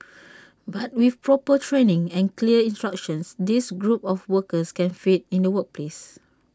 but with proper training and clear instructions this group of workers can fit in the workplace